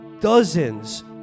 dozens